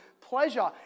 pleasure